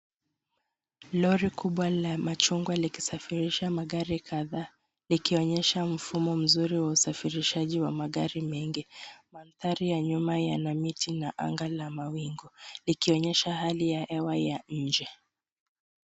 Lori kubwa la machungwa likisafirisha magari kadhaa likionyesha mfumo mzuri wa usafirisha wa magari mengi. Mandhari ya nyuma yana miti na anga la mawingu likionyesha hali ya hewa ya nje.